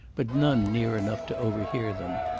but none near enough to overhear them.